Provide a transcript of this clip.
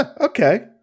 okay